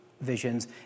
visions